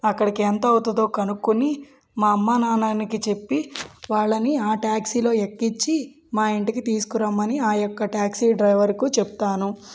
అక్కడికి ఎంత అవుతుందో కనుక్కొని మా అమ్మ నాన్నకి చెప్పి వాళ్ళని ఆ ట్యాక్సీలో ఎక్కించి మా ఇంటికి తీసుకురమని ఆ యొక్క టాక్సీ డ్రైవర్కు చెప్తాను